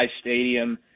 Stadium